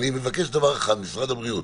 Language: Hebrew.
ואני מבקש דבר אחד, משרד הבריאות: